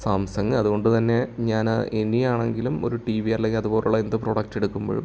Samsung അതുകൊണ്ടു തന്നെ ഞാൻ ഇനിയാണെങ്കിലും ഒരു ടി വി അല്ലെങ്കിൽ അതുപോലെയുള്ള എന്ത് പ്രോഡക്റ്റ് എടുക്കുമ്പോഴും